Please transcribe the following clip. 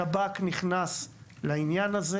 שב"כ נכנס לעניין הזה.